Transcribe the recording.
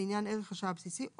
לעניין ערך השעה הבסיסי.